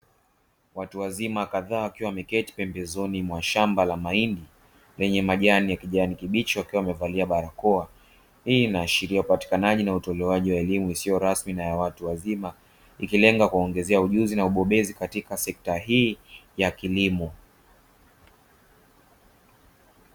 Watu wazima kadhaa wakiwa wameketi pembezoni mwa shamba la mahindi lenye majani ya kijani kibichi wakiwa wamevalia barakoa. Hii inahashiria upatikanaji na utolewaji wa elimu isiyo rasmi na ya watu wazima, ikilenga kuongeza ujuzi na ubobezi katika sekta hii ya kilimo.